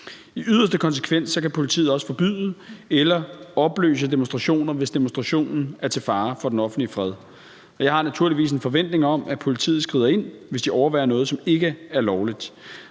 I yderste konsekvens kan politiet også forbyde eller opløse demonstrationer, hvis demonstrationen er til fare for den offentlige fred. Jeg har naturligvis en forventning om, at politiet skrider ind, hvis de overværer noget, som ikke er lovligt.